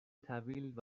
طویل